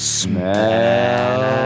smell